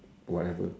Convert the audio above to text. whatever